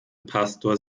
pastor